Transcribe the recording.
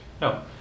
No